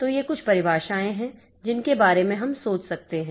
तो ये कुछ परिभाषाएँ हैं जिनके बारे में हम सोच सकते हैं